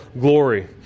glory